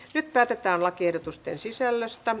nyt päätetään lakiehdotusten sisällöstä